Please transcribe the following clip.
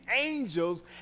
angels